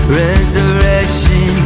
resurrection